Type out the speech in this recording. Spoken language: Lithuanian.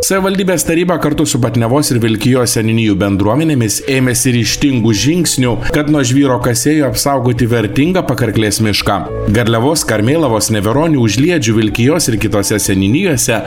savivaldybės taryba kartu su batniavos ir vilkijos seniūnijų bendruomenėmis ėmėsi ryžtingų žingsnių kad nuo žvyro kasėjai apsaugoti vertingą pakarklės mišką garliavos karmėlavos neveronių užliedžių vilkijos ir kitose seniūnijose